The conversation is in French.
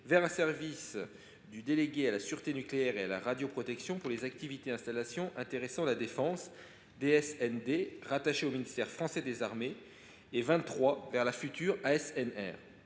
vers le service du délégué à la sûreté nucléaire et à la radioprotection pour les activités et installations intéressant la défense (DSND), rattaché au ministère français des armées, et 23 ETP vers la future ASNR.